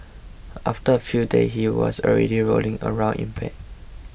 after a few days he was already rolling around in bed